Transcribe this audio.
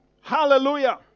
Hallelujah